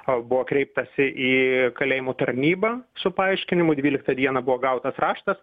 o buvo kreiptasi į kalėjimo tarnybą su paaiškinimu dvyliktą dieną buvo gautas raštas